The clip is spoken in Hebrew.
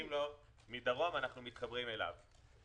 בעצם אנחנו מתחברים אליו מדרום.